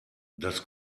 das